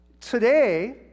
today